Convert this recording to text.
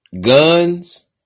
guns